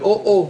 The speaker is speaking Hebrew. זה או-או.